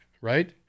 right